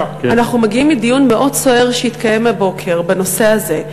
אנחנו מגיעים מדיון מאוד סוער שהתקיים הבוקר בנושא הזה.